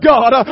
God